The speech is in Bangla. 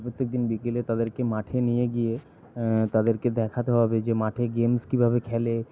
প্রত্যেকদিন বিকেলে তাদেরকে মাঠে নিয়ে গিয়ে তাদেরকে দেখাতে হবে যে মাঠে গেমস কীভাবে খেলে